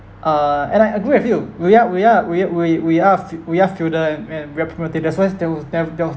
uh and I agree with you we are we are we we we are feu~ we are feudal and and we are primitive that's why there was there was there was